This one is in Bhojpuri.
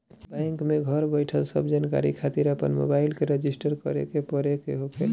बैंक में घर बईठल सब जानकारी खातिर अपन मोबाईल के रजिस्टर करे के पड़े के होखेला